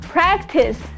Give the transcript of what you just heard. Practice